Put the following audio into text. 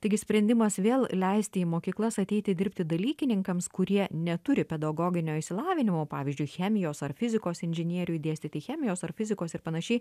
taigi sprendimas vėl leisti į mokyklas ateiti dirbti dalykininkams kurie neturi pedagoginio išsilavinimo pavyzdžiui chemijos ar fizikos inžinieriui dėstyti chemijos fizikos ir panašiai